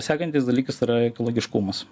sekantis dalykas yra ekologiškumas